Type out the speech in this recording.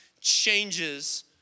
changes